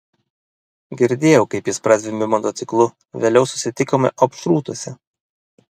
girdėjau kaip jis prazvimbė motociklu vėliau susitikome opšrūtuose